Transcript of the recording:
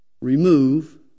Remove